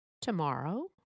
tomorrow